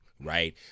Right